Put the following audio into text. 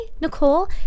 Nicole